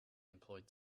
employed